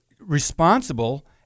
responsible